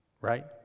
right